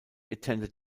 attended